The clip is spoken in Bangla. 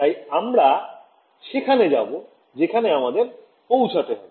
তাই আমরা সেখানে যাবো যেখানে আমাদের পৌছতে হবে